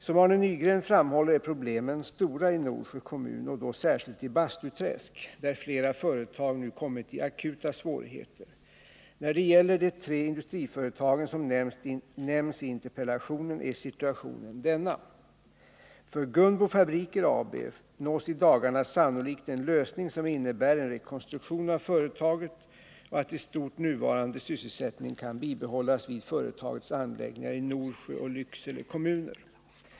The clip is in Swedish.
Som Arne Nygren framhåller är problemen stora i Norsjö kommun och då särskilt i Bastuträsk, där flera företag nu kommit i akuta svårigheter. När det gäller de tre industriföretagen som nämns i interpellationen är situationen För Gunbo Fritid AB nås i dagarna sannolikt en lösning som innebär en rekonstruktion av företaget och att i stort nuvarande sysselsättning kan bibehållas vid företagets anläggningar i Norsjö och Lycksele kommuner.